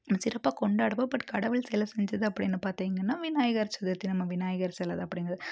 நம்ம சிறப்பாக கொண்டாடுவோம் பட் கடவுள் சிலை செஞ்சது அப்படின்னு பார்த்திங்கன்னா விநாயகர் சதுர்த்தி நம்ம விநாயகர் சிலை தான் அப்படிங்கறது